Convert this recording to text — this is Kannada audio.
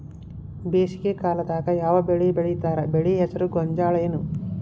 ಬೇಸಿಗೆ ಕಾಲದಾಗ ಯಾವ್ ಬೆಳಿ ಬೆಳಿತಾರ, ಬೆಳಿ ಹೆಸರು ಗೋಂಜಾಳ ಏನ್?